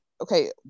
okay